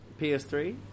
PS3